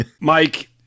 Mike